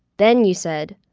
then you said